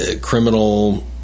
criminal